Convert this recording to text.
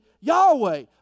Yahweh